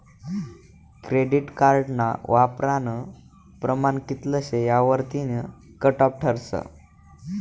credit कार्डना वापरानं प्रमाण कित्ल शे यावरतीन कटॉप ठरस